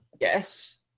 Yes